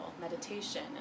Meditation